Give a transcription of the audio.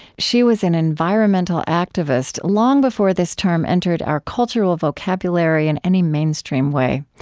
she was an environmental activist long before this term entered our cultural vocabulary in any mainstream way.